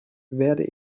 werde